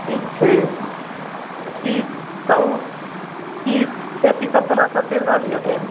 ठीक छै कि कहू कि खेतीसब कोनासब चलि रहल अइ एखन